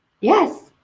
yes